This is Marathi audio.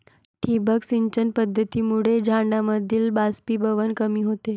ठिबक सिंचन पद्धतीमुळे झाडांमधील बाष्पीभवन कमी होते